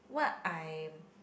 what I'm